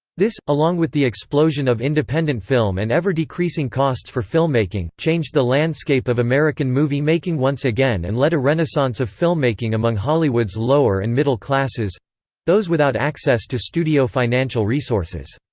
this, along with the explosion of independent film and ever-decreasing costs for filmmaking, changed the landscape of american movie-making once again and led a renaissance of filmmaking among hollywood's lower and middle-classes those without access to studio financial resources.